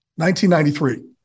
1993